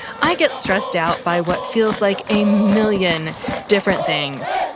i get stressed out by what feels like a million different things,